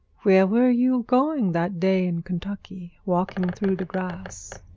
where were you going that day in kentucky, walking through the grass?